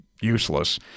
Useless